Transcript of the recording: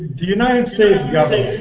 the unites states government